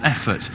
effort